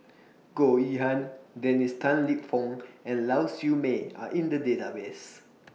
Goh Yihan Dennis Tan Lip Fong and Lau Siew Mei Are in The Database